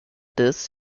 this